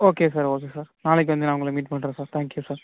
okay sir okay sir நாளைக்கு வந்து நான் உங்கள மீட் பண்ணுறேன் சார் தேங்க் யூ சார்